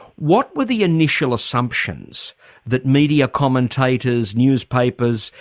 what were the initial assumptions that media commentators, newspapers,